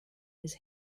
his